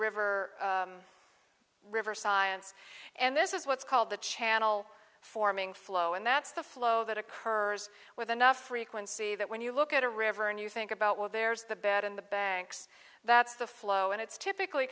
river river science and this is what's called the channel forming flow and that's the flow that occurs with enough frequency that when you look at a river and you think about well there's the bed in the banks that's the flow and it's typically